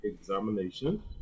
examination